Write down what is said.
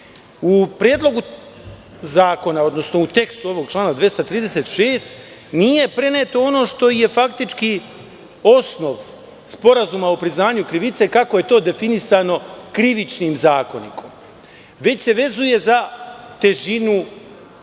u Predlogu zakona, odnosno u tekstu ovog člana 236. nije preneto ono što je faktički osnov sporazuma o priznanju krivice, kako je to definisano Krivičnim zakonikom, već se vezuje za težinu